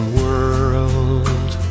world